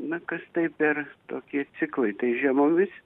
na kas tai per tokie ciklai tai žiemomis